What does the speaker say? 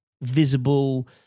visible